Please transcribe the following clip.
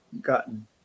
gotten